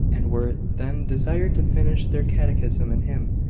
and were then desired to finish their catechism and hymn.